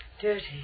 dirty